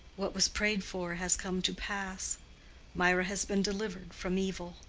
what was prayed for has come to pass mirah has been delivered from evil.